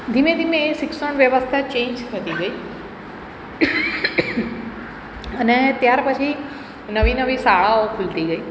ધીમે ધીમે એ શિક્ષણ વ્યવસ્થા ચેંજ થતી ગઈ અને ત્યાર પછી નવી નવી શાળાઓ ખૂલતી ગઈ